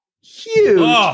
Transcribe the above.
Huge